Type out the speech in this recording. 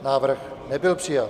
Návrh nebyl přijat.